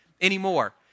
anymore